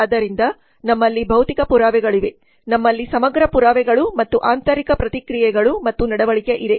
ಆದ್ದರಿಂದ ನಮ್ಮಲ್ಲಿ ಭೌತಿಕ ಪುರಾವೆಗಳಿವೆ ನಮ್ಮಲ್ಲಿ ಸಮಗ್ರ ಪುರಾವೆಗಳು ಮತ್ತು ಆಂತರಿಕ ಪ್ರತಿಕ್ರಿಯೆಗಳು ಮತ್ತು ನಡವಳಿಕೆ ಇದೆ